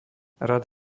rad